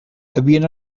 havien